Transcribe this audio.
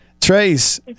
Trace